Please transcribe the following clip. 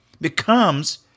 becomes